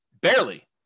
Barely